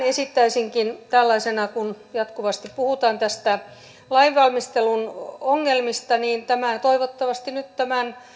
esittäisinkin tällaisena että kun jatkuvasti puhutaan lainvalmistelun ongelmista niin tämä toivottavasti nyt tämän